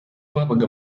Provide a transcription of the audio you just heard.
babaga